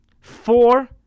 Four